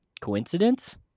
coincidence